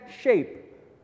shape